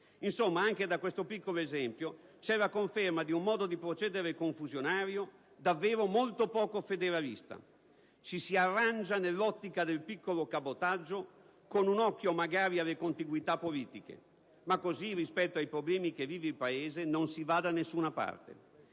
Insomma, anche questo piccolo esempio è la conferma di un modo di procedere confusionario, davvero molto poco federalista: ci si arrangia nell'ottica del piccolo cabotaggio, con un occhio magari alle contiguità politiche, ma così, rispetto ai problemi che vive il Paese, non si va da nessuna parte.